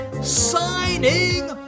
Signing